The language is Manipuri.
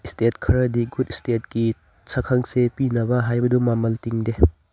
ꯏꯁꯇꯦꯠ ꯈꯔꯗꯤ ꯒꯨꯗ ꯏꯁꯇꯦꯠꯀꯤ ꯁꯛꯈꯪ ꯆꯦ ꯄꯤꯅꯕ ꯍꯥꯏꯕꯗꯨ ꯃꯃꯜ ꯇꯤꯡꯗꯦ